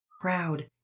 proud